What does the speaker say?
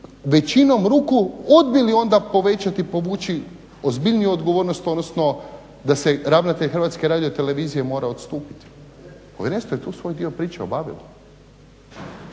većinom ruku odbili onda povećati, povući ozbiljniju odgovornost odnosno da se ravnatelj Hrvatske radiotelevizije mora odstupiti. Povjerenstvo je tu svoj dio priče obavilo.